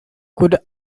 could